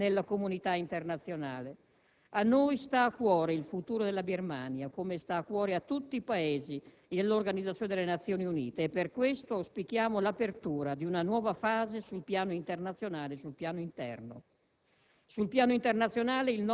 A noi sta a cuore il futuro della Birmania, come sta a cuore a tutti i Paesi e all'Organizzazione delle Nazioni Unite, e per questo motivo auspichiamo l'apertura di una nuova fase sul piano internazionale e sul piano interno.